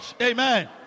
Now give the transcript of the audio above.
Amen